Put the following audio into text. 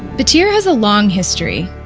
battir has a long history.